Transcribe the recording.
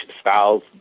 styles